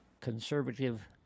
conservative